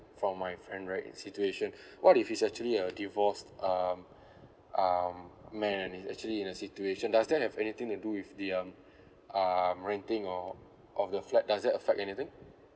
from my friend right in situation what if he's actually a divorced um um man and he's actually in a situation does that have anything to do with the um um renting of of the flat does that affect anything